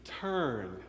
turn